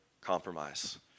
compromise